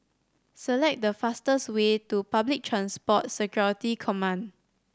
select the fastest way to Public Transport Security Command